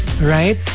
Right